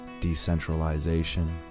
decentralization